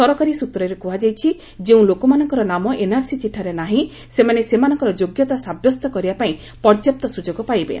ସରକାରୀ ସ୍ଚତ୍ରରେ କୁହାଯାଇଛି ଯେଉଁ ଲୋକମାନଙ୍କର ନାମ ଏନ୍ଆର୍ସି ଚିଠାରେ ନାହିଁ ସେମାନେ ସେମାନଙ୍କର ଯୋଗ୍ୟତା ସାବ୍ୟସ୍ତ କରିବାପାଇଁ ପର୍ଯ୍ୟାପ୍ତ ସୁଯୋଗ ପାଇବେ